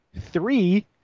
three